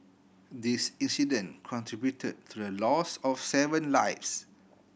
this incident contributed to the loss of seven lives